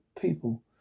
people